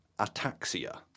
ataxia